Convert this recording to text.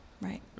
Right